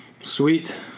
Sweet